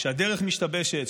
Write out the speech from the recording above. כשהדרך משתבשת,